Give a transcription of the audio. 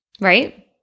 Right